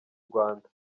rwanda